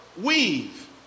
weave